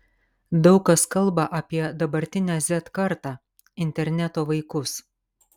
daug kas kalba apie dabartinę z kartą interneto vaikus